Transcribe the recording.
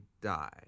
die